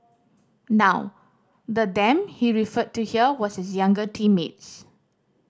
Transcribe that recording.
now the them he referred to here was his younger teammates